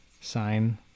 sign